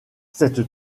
cette